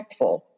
impactful